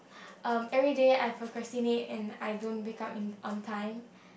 uh everyday I procrastinate and I don't wake up in on time